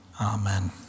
Amen